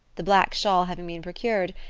the black shawl having been procured,